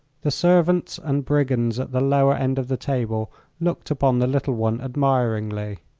the servants and brigands at the lower end of the table looked upon the little one admiringly.